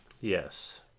yes